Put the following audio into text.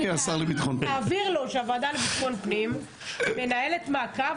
תעביר לו שהוועדה לביטחון פנים מנהלת מעקב